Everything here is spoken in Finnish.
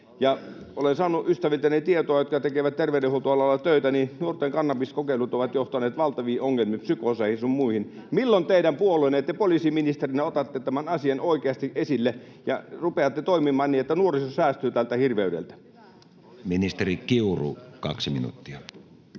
olen saanut tietoa ystäviltäni, jotka tekevät terveydenhuoltoalalla töitä, että nuorten kannabiskokeilut ovat johtaneet valtaviin ongelmiin, psykooseihin sun muihin: milloin teidän puolueenne, te poliisiministerinä otatte tämän asian oikeasti esille ja rupeatte toimimaan niin, että nuoriso säästyy tältä hirveydeltä? [Petri Huru: Olisipa